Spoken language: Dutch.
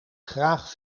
graag